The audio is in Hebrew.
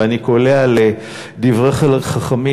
ואני קולע לדברי חכמים,